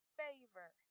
favor